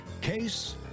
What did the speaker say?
Case